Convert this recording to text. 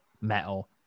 metal